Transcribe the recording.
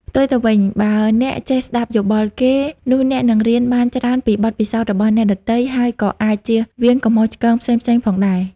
ផ្ទុយទៅវិញ បើអ្នកចេះស្ដាប់យោបល់គេ នោះអ្នកនឹងរៀនបានច្រើនពីបទពិសោធន៍របស់អ្នកដទៃ ហើយក៏អាចជៀសវាងកំហុសឆ្គងផ្សេងៗផងដែរ។